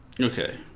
Okay